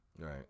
Right